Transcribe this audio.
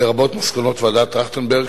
לרבות מסקנות ועדת-טרכטנברג,